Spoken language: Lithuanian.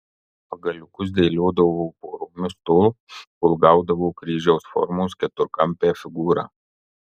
pagaliukus dėliodavo poromis tol kol gaudavo kryžiaus formos keturkampę figūrą